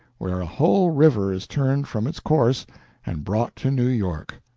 where a whole river is turned from its course and brought to new york.